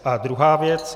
A druhá věc.